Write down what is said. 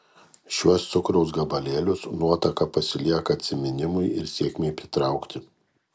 šiuos cukraus gabalėlius nuotaka pasilieka atsiminimui ir sėkmei pritraukti